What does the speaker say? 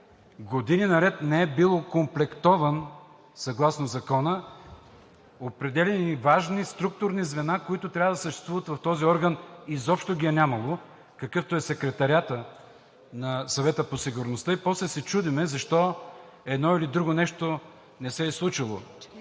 години наред не е бил окомплектован съгласно закона. Определени важни структурни звена, които трябва да съществуват в този орган, изобщо ги е нямало, какъвто е Секретариатът на Съвета по сигурността, и после се чудим защо едно или друго нещо не се е случило.